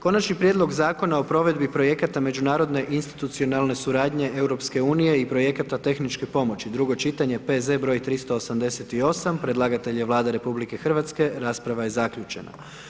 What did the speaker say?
Konačan prijedlog Zakona o provedbi projekata međunarodne institucionalne suradnje EU i projekat tehničke pomoći, drugo čitanje P.Z.E. br.388 predlagatelj je Vlada RH, rasprava je zaključena.